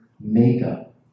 makeup